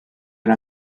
una